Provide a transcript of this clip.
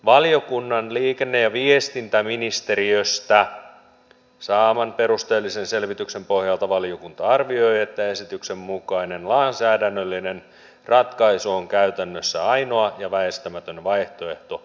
valiokunnan liikenne ja viestintäministeriöstä saaman perusteellisen selvityksen pohjalta valiokunta arvioi että esityksen mukainen lainsäädännöllinen ratkaisu on käytännössä ainoa ja väistämätön vaihtoehto tämän hetkisessä tilanteessa